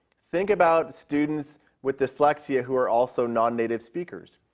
think about students with dyslexia who are also nonnative speakers.